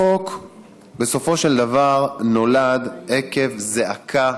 החוק בסופו של דבר נולד עקב זעקה